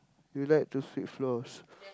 you like to sweep floors